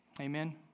Amen